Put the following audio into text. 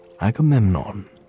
Agamemnon